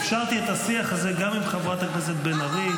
אפשרתי את השיח הזה גם עם חברת הכנסת בן ארי.